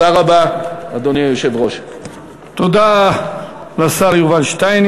19. הצעת חוק איסור הלבנת הון (הוצאת כספים